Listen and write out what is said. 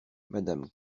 madame